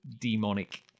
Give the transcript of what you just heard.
demonic